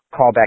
callback